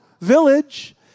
village